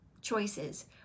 choices